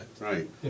Right